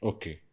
Okay